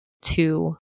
two